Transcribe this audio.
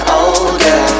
older